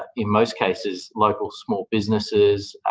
in most cases, local small businesses,